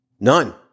None